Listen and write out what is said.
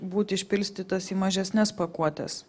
būti išpilstytas į mažesnes pakuotes